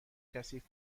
کثیف